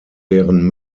deren